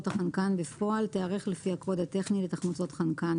החנקן בפועל תיערך לפי הקוד הטכני לתחמוצות חנקן